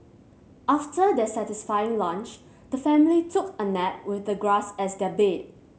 after their satisfying lunch the family took a nap with the grass as their bed